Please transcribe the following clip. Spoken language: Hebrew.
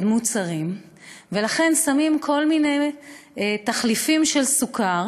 מוצרים ולכן שמים כל מיני תחליפים של סוכר,